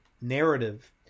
narrative